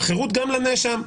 חירות גם לנאשם.